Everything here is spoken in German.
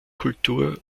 kultur